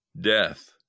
death